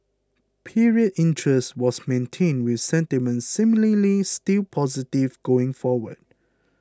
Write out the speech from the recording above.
period interest was maintained with sentiment seemingly still positive going forward